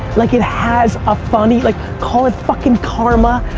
like it has a funny, like, call it fucking karma.